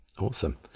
Awesome